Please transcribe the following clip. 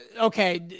Okay